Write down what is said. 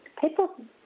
People